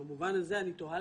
היא נותנת